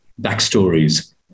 backstories